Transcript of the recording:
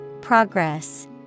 Progress